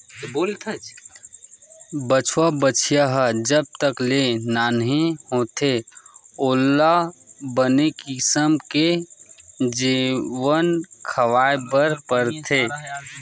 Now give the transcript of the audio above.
बछवा, बछिया ह जब तक ले नान्हे होथे ओला बने किसम के जेवन खवाए बर परथे